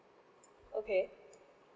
okay